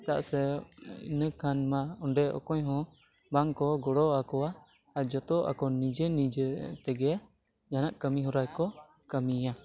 ᱪᱮᱫᱟᱜ ᱥᱮ ᱤᱱᱟᱹᱠᱷᱟᱱ ᱢᱟ ᱚᱸᱰᱮ ᱚᱠᱚᱭᱦᱚᱸ ᱵᱟᱝᱠᱚ ᱜᱚᱲᱚᱣᱟᱠᱚᱣᱟ ᱟᱨ ᱡᱚᱛᱚ ᱟᱠᱚ ᱱᱤᱡᱮ ᱱᱤᱡᱮ ᱛᱮᱜᱮ ᱡᱟᱦᱟᱱᱟᱜ ᱠᱟᱹᱢᱤᱦᱚᱨᱟ ᱠᱚ ᱠᱟᱹᱢᱤᱭᱟ